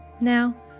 Now